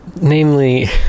Namely